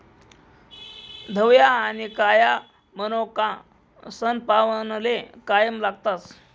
धवया आनी काया मनोका सनपावनले कायम लागतस